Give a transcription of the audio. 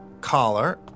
collar